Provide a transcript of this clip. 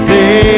Say